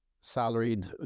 Salaried